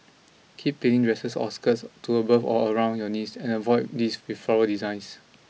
keep pleating dresses or skirts to above or around your knees and avoid these with floral designs